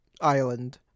island